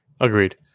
Agreed